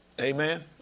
Amen